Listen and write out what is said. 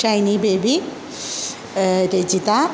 Shiny Baby Rajitha